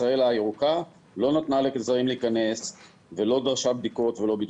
ישראל הירוקה לא נתנה לזרים להיכנס ולא דרשה בדיקות ולא בידוד,